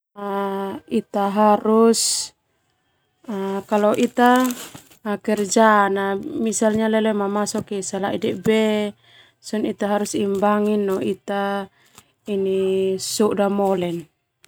Ita harus kalo ita kerja na mamasok isa lai deube sona ita imbangi no ita soda mole.